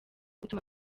gutuma